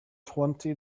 twenty